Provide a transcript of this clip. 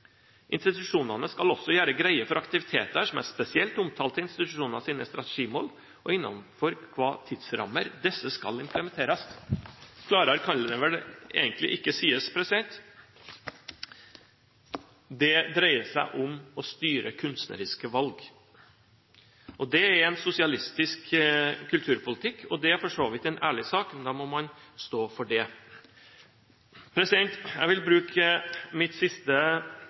skal også gjere greie for aktivitetar som er spesielt omtalte i institusjonane sine strategimål og innanfor kva tidsrammer desse skal implementerast.» Klarere kan det vel egentlig ikke sies. Det dreier seg om å styre kunstneriske valg, og det er en sosialistisk kulturpolitikk. Det er for så vidt en ærlig sak, men da må man stå for det. Jeg vil bruke mitt siste